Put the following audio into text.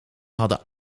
hadden